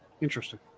Interesting